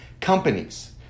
Companies